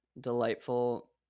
delightful